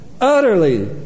utterly